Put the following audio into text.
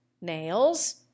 nails